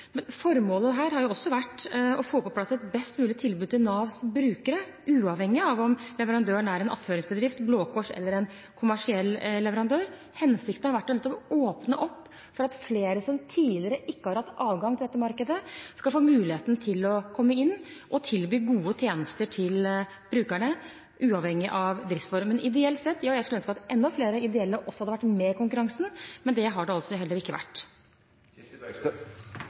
Formålet her har også vært å få på plass et best mulig tilbud til Navs brukere, uavhengig av om leverandøren er en attføringsbedrift, Blå Kors eller en kommersiell leverandør. Hensikten har vært å åpne opp for at flere som tidligere ikke har hatt adgang til dette markedet, skal få muligheten til å komme inn og tilby gode tjenester til brukerne, uavhengig av driftsform. Men ideelt sett: Ja, jeg skulle ønske at enda flere ideelle også hadde vært med i konkurransen, men slik har det altså ikke vært.